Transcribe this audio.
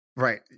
Right